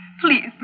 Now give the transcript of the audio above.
Please